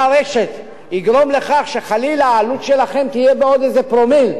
הרשת יגרום לכך שחלילה העלות שלך תהיה בעוד איזה פרומיל,